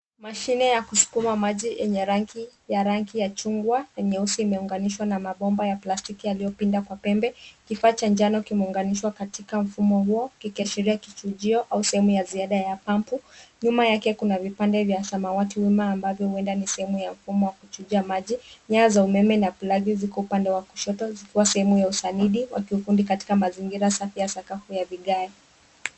Mashine ya kusukuma maji yenye rangi, ya rangi ya chungwa na nyeusi imeunganishwa na mabomba ya plastiki yaliyopinda kwa pembe. Kifaa cha njano kimuunganishwa katika mfumo huo kikashiria kichujio au sehemu ya ziada ya pampu. Nyuma yake kuna vipande vya samawati wima ambavyo huenda ni sehemu ya mfumo wa kuchuja maji. Nyaya umeme na plagi ziko upande wa kushoto zikiwa sehemu ya usalidi wakiufundi katika mazingira safia sakafu ya vigae.